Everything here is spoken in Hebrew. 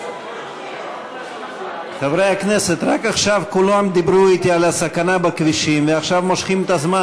אדוני, למה מחכים?